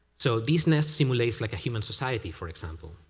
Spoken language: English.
so these nests simulates like a human society, for example.